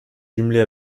jumelée